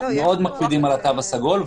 אנחנו מקפידים על התו הסגול,